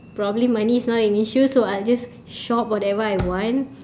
probably money is not an issue so I'll just shop whatever I want